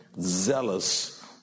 zealous